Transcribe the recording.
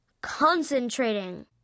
concentrating